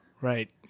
right